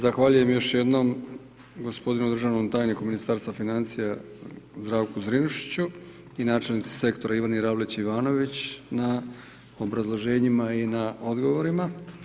Zahvaljujem još jednom gospodinu državnom tajniku Ministarstva financija Zdravku Zrinušiću i načelnici sektora Ivani Ravlić Ivanović na obrazloženjima i na odgovorima.